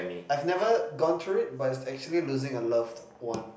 I've never gone through it but it's actually losing a loved one